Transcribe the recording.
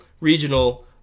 regional